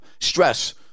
Stress